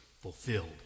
fulfilled